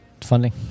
funding